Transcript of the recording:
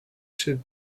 should